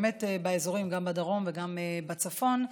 באמת באזורים גם בדרום וגם בצפון.